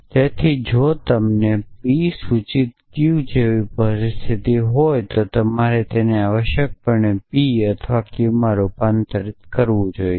અને તેથી જો તમને P સૂચિત Q જેવી પરિસ્થિતિ હોય તો તમારે તેને આવશ્યકપણે P અથવા Qમાં રૂપાંતરિત કરવું જોઈએ